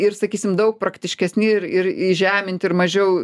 ir sakysime daug praktiškesni ir ir įžeminti ir mažiau